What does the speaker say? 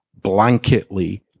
blanketly